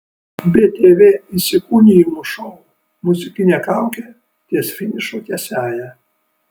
btv įsikūnijimų šou muzikinė kaukė ties finišo tiesiąja